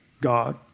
God